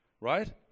Right